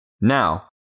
Now